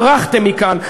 ברחתם מכאן.